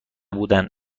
بودن